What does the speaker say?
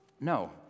No